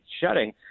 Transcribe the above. shutting